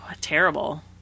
terrible